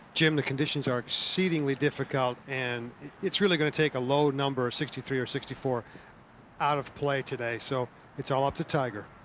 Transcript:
jim, the conditions are exceedingly difficult, and it's really gonna take a low number. sixty-three or sixty-four out of play today. so it's all up to tiger.